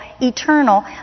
eternal